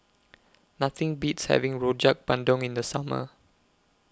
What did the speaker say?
Nothing Beats having Rojak Bandung in The Summer